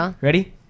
ready